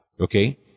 okay